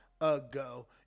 ago